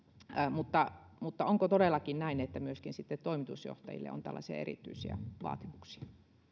onko todellakin näin että myöskin toimitusjohtajille on tällaisia erityisiä vaatimuksia